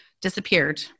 disappeared